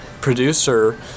producer